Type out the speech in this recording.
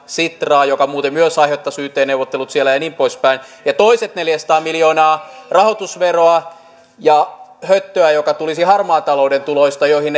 sitraa joka muuten myös aiheuttaisi yt neuvottelut siellä ja niin poispäin ja toiset neljäsataa miljoonaa rahoitusveroa ja höttöä joka tulisi harmaan talouden tuloista joihin